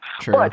True